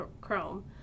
chrome